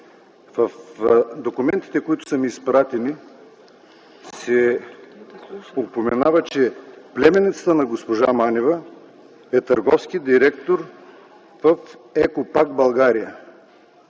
В документите, които са ми изпратени, се упоменава, че племенницата на госпожа Манева е търговски директор в „Екопак – България”,